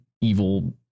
evil